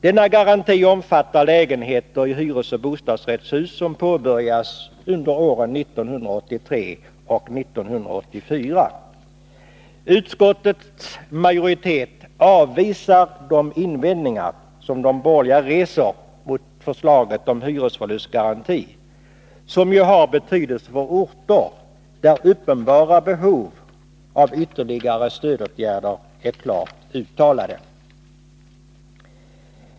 Denna garanti omfattar lägenheter i hyresoch bostadsrättshus som påbörjas under åren 1983 och 1984. Utskottets majoritet avvisar de invändningar som de borgerliga reser mot förslaget om hyresförlustgaranti, som ju har betydelse för orter där uppenbara behov av ytterligare stödåtgärder är klart uttalade.